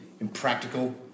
impractical